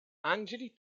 angeli